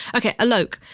okay, alok.